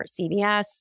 CVS